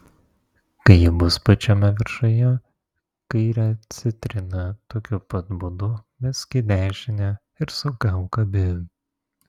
kai ji bus pačiame viršuje kairę citriną tokiu pat būdu mesk į dešinę ir sugauk abi